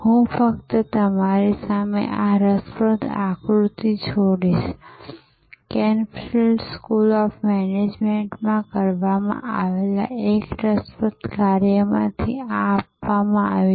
હું ફક્ત તમારી સામે આ રસપ્રદ આકૃતિ છોડીશક્રેનફિલ્ડ સ્કૂલ ઑફ મેનેજમેન્ટમાં કરવામાં આવેલા એક રસપ્રદ કાર્યમાંથી આ અપનાવવામાં આવ્યું છે